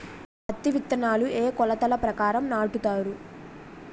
పత్తి విత్తనాలు ఏ ఏ కొలతల ప్రకారం నాటుతారు?